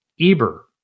Eber